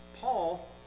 Paul